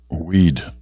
weed